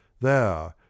Thou